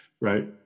right